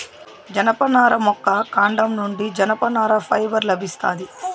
జనపనార మొక్క కాండం నుండి జనపనార ఫైబర్ లభిస్తాది